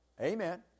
Amen